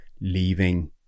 leaving